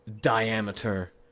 diameter